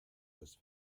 was